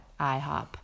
IHOP